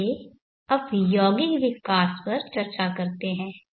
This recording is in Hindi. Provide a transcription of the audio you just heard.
आइए अब यौगिक विकास पर चर्चा करते हैं